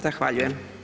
Zahvaljujem.